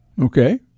Okay